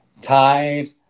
Tide